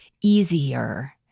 easier